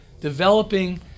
developing